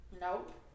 Nope